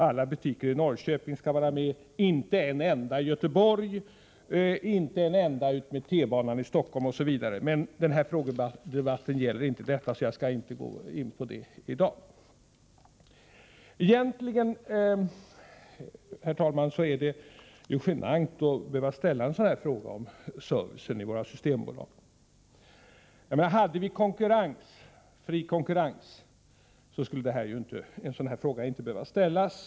Alla butiker i Norrköping skall vara med —-inte en enda i Göteborg, inte en enda utmed T-banan i Stockholm osv. Men den här frågedebatten gäller inte dessa saker, så jag skall inte gå vidare i kvällsöppet-frågan. Herr talman! Egentligen är det genant att behöva ställa en fråga om servicen i våra systembutiker. Om vi hade fri konkurrens skulle ju en sådan här fråga inte behöva ställas.